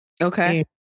Okay